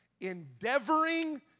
endeavoring